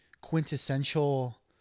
quintessential